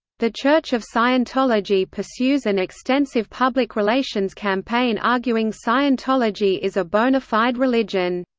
the church of scientology pursues an extensive public relations campaign arguing scientology is a bona fide religion.